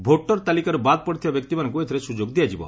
voter ତାଲିକାରୁ ବାଦ୍ ପଡିଥିବା ବ୍ୟକ୍ତିମାନଙ୍କୁ ଏଥିରେ ସ୍ରଯୋଗ ଦିଆଯିବ